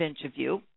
interview